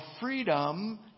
freedom